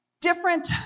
different